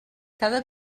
cada